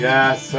Yes